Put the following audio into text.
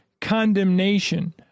condemnation